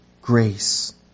grace